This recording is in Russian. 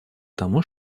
тому